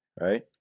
right